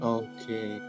okay